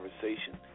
conversation